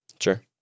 Sure